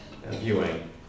viewing